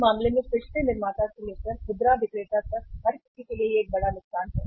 उस मामले में फिर से निर्माता से लेकर खुदरा विक्रेता तक हर किसी के लिए यह एक बड़ा नुकसान है